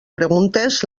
preguntes